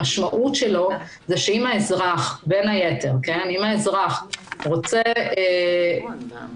המשמעות שלו היא שאם האזרח בין היתר רוצה שבעל